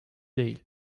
değil